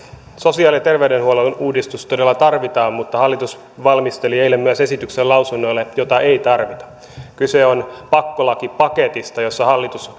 sosiaali ja terveydenhuollon uudistus todella tarvitaan mutta hallitus valmisteli eilen lausunnoille myös esityksen jota ei tarvita kyse on pakkolakipaketista jossa hallitus